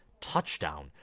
touchdown